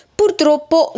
purtroppo